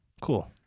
Cool